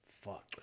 fuck